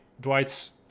Dwight's